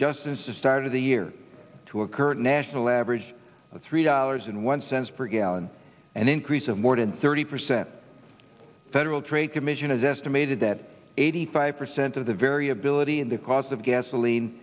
just since the start of the year to a current national average of three dollars in one cents per gallon an increase of more than thirty percent federal trade commission has estimated that eighty five percent of the variability in the cost of gasoline